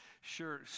sure